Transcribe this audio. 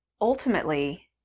ultimately